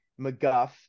McGuff